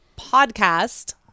podcast